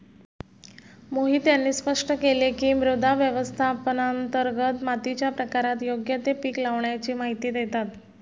मोहित यांनी स्पष्ट केले की, मृदा व्यवस्थापनांतर्गत मातीच्या प्रकारात योग्य ते पीक लावाण्याची माहिती देतात